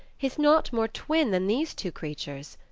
is not more twin than these two creatures.